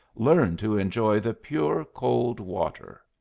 learn to enjoy the pure cold water.